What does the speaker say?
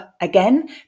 again